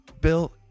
Bill